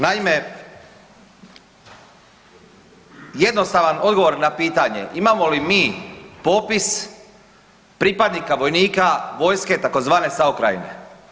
Naime, jednostavan odgovor na pitanje imamo li mi popis pripadnika vojnika, vojske tzv. SAO Krajine.